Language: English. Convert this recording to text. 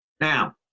Now